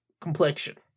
complexion